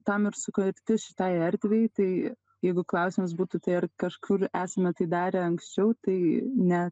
tam ir sukurti šitai erdvei tai jeigu klausimas būtų tai ar kažkur esame tai darę anksčiau tai ne